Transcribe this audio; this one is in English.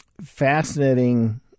fascinating